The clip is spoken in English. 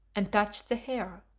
and touched the hair,